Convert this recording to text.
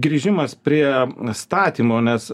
grįžimas prie statymo nes